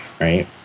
right